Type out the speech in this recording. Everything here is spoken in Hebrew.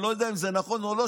אני לא יודע אם זה נכון או לא,